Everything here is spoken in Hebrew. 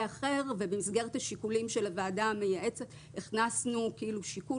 אחר ובמסגרת השיקולים של הוועדה המייעצת הכנסנו שיקול